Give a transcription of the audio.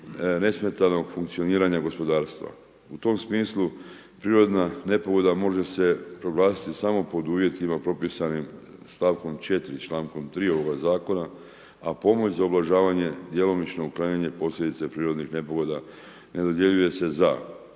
nesmetanog funkcioniranja gospodarstva. U tom smislu prirodna nepogoda može se proglasiti samo pod uvjetima propisanim stavkom 4., člankom 3. ovoga zakona a pomoć za ublažavanje, djelomično uklanjanje posljedica prirodnih nepogoda ne dodjeljuje se za